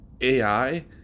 AI